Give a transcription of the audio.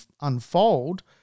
unfold –